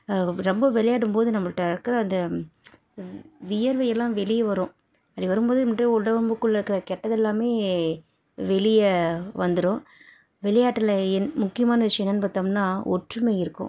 ரொம்ப விளையாடும் போது நம்மள்ட்ட இருக்கிற அந்த வியர்வை எல்லாம் வெளியே வரும் அப்படி வரும் போது நம்மட்ட உடம்புக்குள்ளே இருக்கிற கெட்டதெல்லாம் வெளியே வந்துடும் விளையாட்டில் என்ன முக்கியமான விஷயம் என்னென்னு பார்த்தோம்னா ஒற்றுமை இருக்கும்